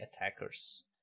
attackers